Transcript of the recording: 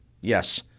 Yes